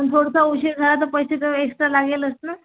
पण थोडासा उशीर झाला तर पैसे तर एक्स्ट्रा लागेलच ना